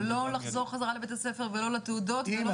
לא לחזור חזרה לבית הספר ולא לתעודות ולא